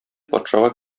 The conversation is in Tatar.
патшага